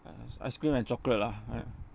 ice ice cream and chocolate lah right